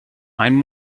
einen